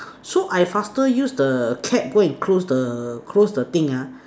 so I faster use the cap go and close the close the thing ah